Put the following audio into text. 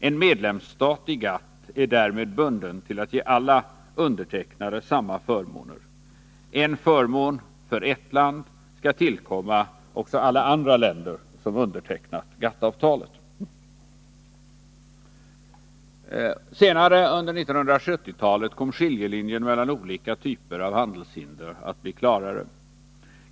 En medlemsstat i GATT är därmed bunden till att ge alla undertecknare samma förmåner. En förmån för ett land skall tillkomma också alla andra länder som undertecknat GATT-avtalet. Senare under 1970-talet kom skiljelinjen mellan olika typer av handelshinder att bli klarare.